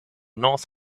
north